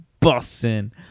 bussin